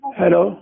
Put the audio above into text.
hello